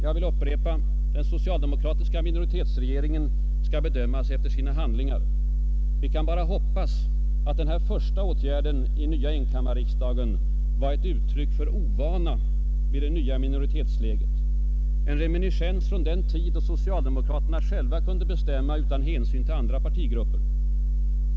Jag vill upprepa att den socialdemokratiska minoritetsregeringen skall bedömas efter sina handlingar. Vi kan bara hoppas att dess första åtgärd i den nya enkammarriksdagen var ett uttryck för ovana vid det nya minoritetsläget — en reminiscens från den tid då socialdemokraterna själva kunde bestämma utan hänsyn till andra partigrupper.